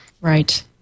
Right